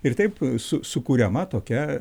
ir taip sukuriama tokia